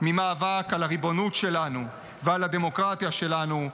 ממאבק על הריבונות שלנו ועל הדמוקרטיה שלנו.